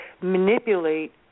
manipulate